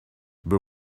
but